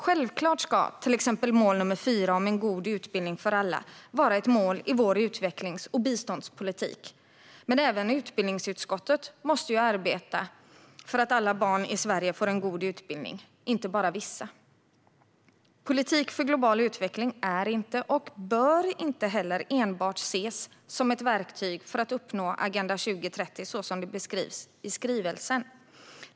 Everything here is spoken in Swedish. Självklart ska till exempel mål 4 om en god utbildning för alla vara ett mål i vår utvecklings och biståndspolitik, men även utbildningsutskottet måste arbeta för att alla barn i Sverige får en god utbildning och inte bara vissa. Politik för global utveckling är inte och bör inte heller ses som enbart ett verktyg för att uppnå Agenda 2030, så som det beskrivs i skrivelsen.